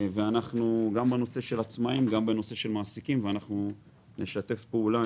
גם בנושא של עצמאים וגם בנושא של מעסיקים ואנחנו נשתף פעולה